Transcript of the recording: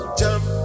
jump